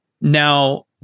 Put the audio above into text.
Now